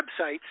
Websites